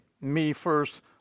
me-first